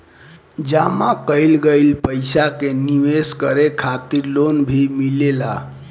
जामा कईल गईल पईसा के निवेश करे खातिर लोन भी मिलेला